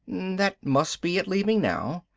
that must be it leaving now.